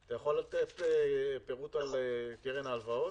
אתה יכול לתת פירוט גם על קרן ההלוואות?